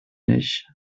ich